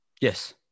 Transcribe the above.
Yes